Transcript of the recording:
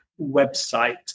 website